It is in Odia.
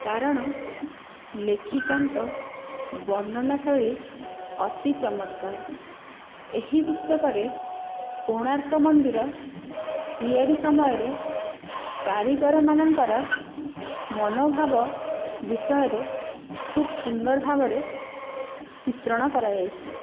କାରଣ ଲେଖିକାଙ୍କ ବର୍ଣନା ଶୈଳୀ ଅତି ଚମତ୍କାର ଏହି ପୁସ୍ତକରେ କୋଣାର୍କ ମନ୍ଦିର ତିଆରି ସମୟରେ କାରିଗରମାନଙ୍କର ମନୋଭାବ ବିଷୟରେ ଖୁବ୍ ସୁନ୍ଦର ଭାବରେ ଚିତ୍ରଣ କରାଯାଇଛି